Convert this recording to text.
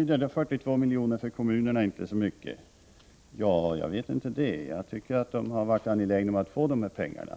och att 42 miljoner inte betyder så mycket för kommunerna. Jag vet inte det. Jag tror att kommunerna har varit angelägna om att få de här pengarna.